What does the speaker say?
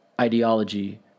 ideology